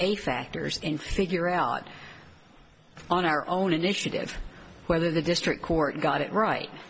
eight factors in figure out on our own initiative whether the district court got it right